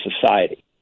society